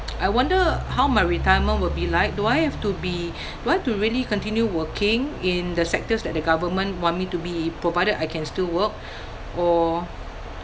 I wonder how my retirement will be like do I have to be do I have to really continue working in the sectors that the government want me to be provided I can still work or